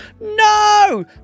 No